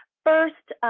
first,